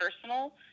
personal